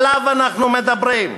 עליו אנחנו מדברים.